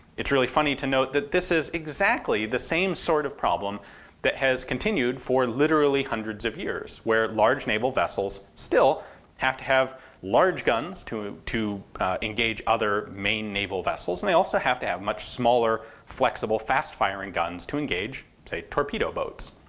it's really funny to note that this is exactly the same sort of problem that has continued for literally hundreds of years, where large naval vessels still have to have large guns to to engage other main naval vessels, and they also have to have much smaller flexible fast firing guns to engage, say, torpedo boats.